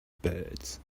birds